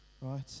right